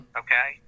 okay